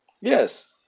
Yes